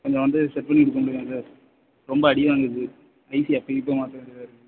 கொஞ்சம் வந்து செட் பண்ணிவிட்டு முடியுமா சார் ரொம்ப அடி வாங்குது ஐசி அப்படியே நிற்க மாட்டேங்குது